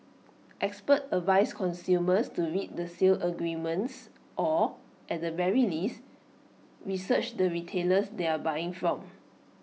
experts advise consumers to read the sales agreements or at the very least research the retailers they are buying from